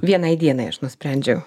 vienai dienai aš nusprendžiau